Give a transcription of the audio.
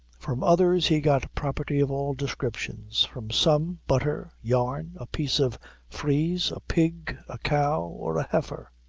from others he got property of all descriptions from some, butter, yarn, a piece of frieze, a pig, a cow, or a heifer.